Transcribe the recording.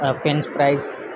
a French fries